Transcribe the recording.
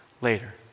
later